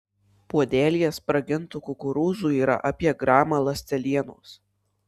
puodelyje spragintų kukurūzų yra apie gramą ląstelienos